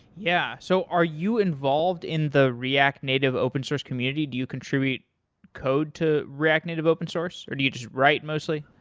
yeah. so are you involved in the react native open-source community? do you contribute code to react native open-source, or do you just write mostly?